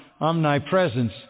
Omnipresence